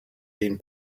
been